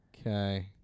Okay